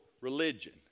religion